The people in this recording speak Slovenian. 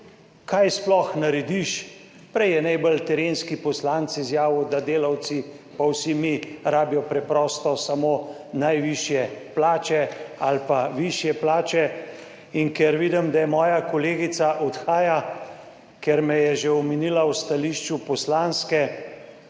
kaj sploh narediš. Prej je najbolj terenski poslanec izjavil, da delavci pa vsi mi rabijo preprosto samo najvišje plače ali pa višje plače in ker vidim, da je moja kolegica odhaja, ker me je že omenila v stališču poslanske,